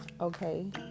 Okay